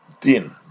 din